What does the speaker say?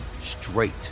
straight